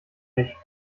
nicht